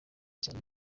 cyane